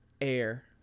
Air